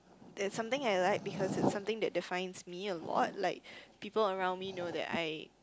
it's something I like because it's something that defines me a lot like people around me know that I